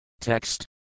Text